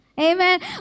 Amen